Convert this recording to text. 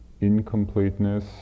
incompleteness